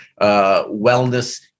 wellness